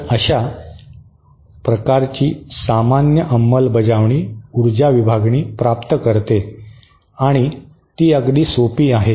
तर अशा प्रकारची सामान्य अंमलबजावणी ऊर्जा विभागणी प्राप्त करते आणि ती अगदी सोपी आहे